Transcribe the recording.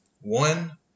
One